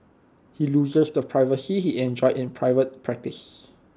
he loses the privacy he enjoyed in private practice